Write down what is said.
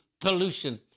pollution